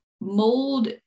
mold